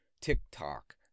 TikTok